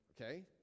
okay